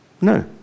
No